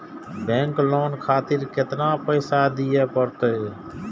Bank loan खातीर केतना पैसा दीये परतें?